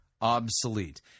obsolete